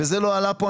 וזה לא עלה פה,